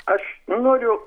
aš noriu